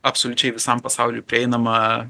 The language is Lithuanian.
absoliučiai visam pasauliui prieinama